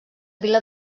vila